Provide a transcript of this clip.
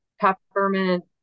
peppermint